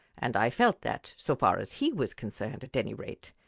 and i felt that, so far as he was concerned at any rate,